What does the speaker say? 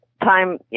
Time